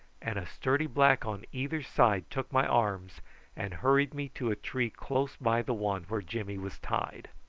and a sturdy black on either side took my arms and hurried me to a tree close by the one where jimmy was tied.